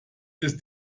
ist